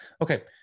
Okay